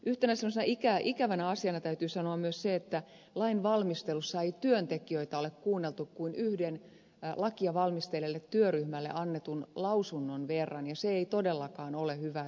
yhtenä semmoisena ikävänä asiana täytyy sanoa myös se että lain valmistelussa ei työntekijöitä ole kuunneltu kuin yhden lakia valmistelleelle työryhmälle annetun lausunnon verran ja se ei todellakaan ole hyvää työnantajapolitiikkaa